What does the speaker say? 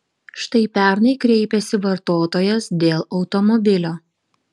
štai pernai kreipėsi vartotojas dėl automobilio